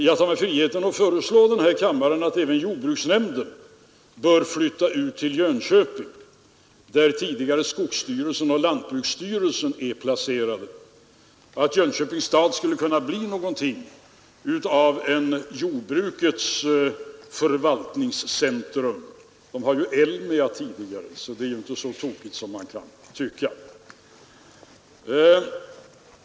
Jag tar mig friheten föreslå kammaren att även jordbruksnämnden flyttar till Jönköping, där tidigare skogsstyrelsen och lantbruksstyrelsen är placerade. Jönköping skulle kunna bli något av ett jordbrukets förvaltningscentrum — där finns ju Elmia tidigare, så det är inte så tokigt som man kan tycka.